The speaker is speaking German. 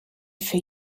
für